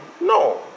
No